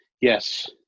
Yes